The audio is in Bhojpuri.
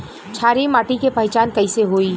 क्षारीय माटी के पहचान कैसे होई?